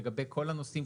לגבי כל הנושאים,